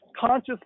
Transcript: conscious